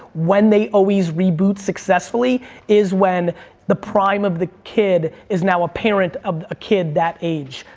when they always reboot successfully is when the prime of the kid is now a parent of a kid that age.